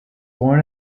born